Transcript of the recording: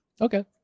okay